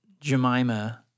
Jemima